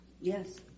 Yes